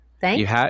Thanks